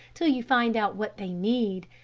till you find out what they need.